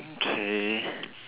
okay